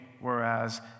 whereas